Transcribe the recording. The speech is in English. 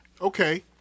Okay